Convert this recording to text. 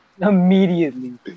Immediately